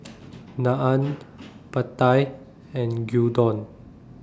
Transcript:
Naan Pad Thai and Gyudon